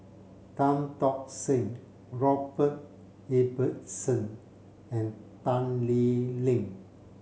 Tan Tock Seng Robert Ibbetson and Tan Lee Leng